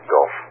Golf